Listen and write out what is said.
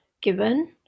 given